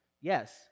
Yes